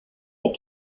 est